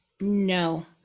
No